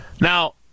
Now